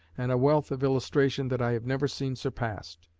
and a wealth of illustration, that i have never seen surpassed.